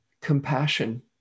compassion